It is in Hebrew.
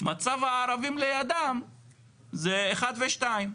מצב הערבים לידם זה 1 ו-2.